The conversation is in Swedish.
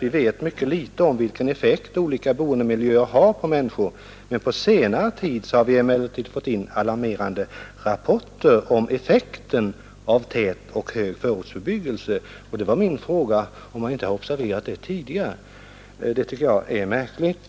”Vi vet mycket litet om vilken effekt olika boendemiljöer har på människor. På senare tid har vi emellertid fått in alarmerande rapporter om effekten av tät och hög förortsbebyggelse på barn.” Min fråga var om man inte hade observerat detta tidigare, vilket i så fall är märkligt.